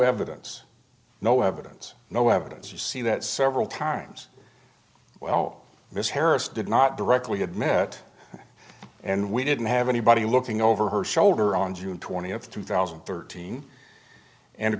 evidence no evidence no evidence you see that several times well ms harris did not directly had met and we didn't have anybody looking over her shoulder on june twentieth two thousand and thirteen and of